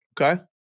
Okay